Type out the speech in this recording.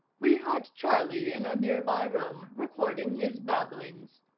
we had charlie in a nearby room, recording his babblings.